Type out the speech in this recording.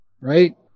right